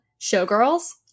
Showgirls